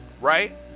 Right